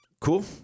Cool